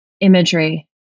Imagery